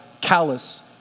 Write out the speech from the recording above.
callous